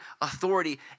authority